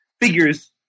figures